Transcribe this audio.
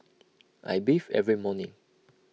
I bathe every morning